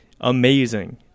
Amazing